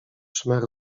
szmer